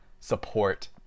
support